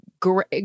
great